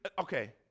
okay